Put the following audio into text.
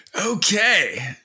Okay